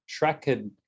Shrek